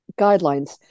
guidelines